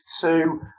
two